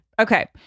Okay